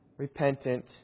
Repentant